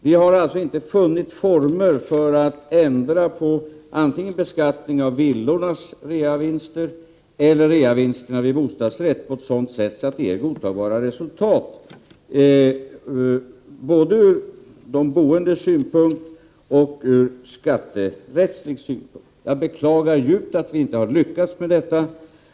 Vi har alltså inte funnit former för att ändra på beskattningen antingen när det gäller reavinsten på villor eller när det gäller reavinsten på bostadsrätter på ett sådant sätt att det ger ett godtagbart resultat både ur de boendes synpunkt och ur skatterättslig synpunkt. Jag beklagar djupt att vi inte har lyckats med detta.